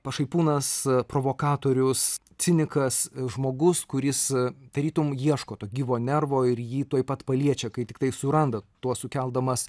pašaipūnas provokatorius cinikas žmogus kuris tarytum ieško to gyvo nervo ir jį tuoj pat paliečia kai tiktai suranda tuo sukeldamas